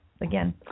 again